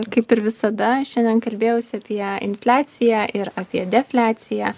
kaip ir visada šiandien kalbėjausi apie infliaciją ir apie defliaciją